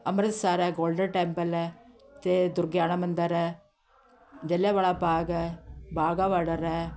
ਅੰਮ੍ਰਿਤਸਰ ਹੈ golden temple ਹੈ ਅਤੇ ਦੁਰਗਿਆਣਾ ਮੰਦਰ ਹੈ ਜਲ੍ਹਿਆਂਵਾਲਾ ਬਾਗ਼ ਹੈ ਵਾਹਗਾ ਬੋਰਡਰ ਹੈ